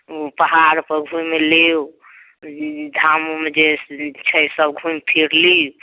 ओ पहाड़ पर घुमि लिउ धाम उम जे छै सब घुमि फिर लिउ